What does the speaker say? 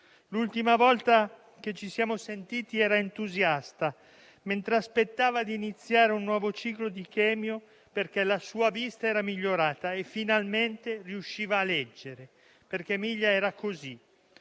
L'ultima volta che ci siamo sentiti era entusiasta, mentre aspettava di iniziare un nuovo ciclo di chemioterapia, perché la sua vista era migliorata e finalmente riusciva a leggere. Emilia era così,